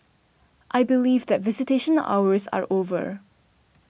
I believe that visitation hours are over